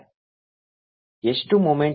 ಎಷ್ಟು ಮೊಮೆಂಟುಮ್ ಸಾಗಿಸಲಾಯಿತು